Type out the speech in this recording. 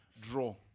Draw